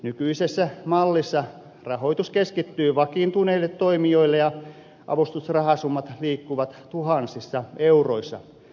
nykyisessä mallissa rahoitus keskittyy vakiintuneille toimijoille ja avustusrahasummat liikkuvat tuhansissa euroissa